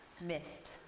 missed